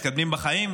מתקדמים בחיים,